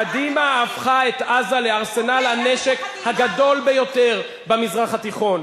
קדימה הפכה את עזה לארסנל הנשק הגדול ביותר במזרח התיכון.